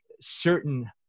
certain